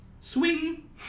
Swing